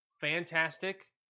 Fantastic